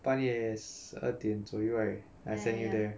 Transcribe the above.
半夜十二点左右 right I sent you there